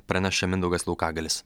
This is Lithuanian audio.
praneša mindaugas laukagalis